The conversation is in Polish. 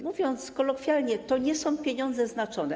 Mówiąc kolokwialnie, to nie są pieniądze znaczone.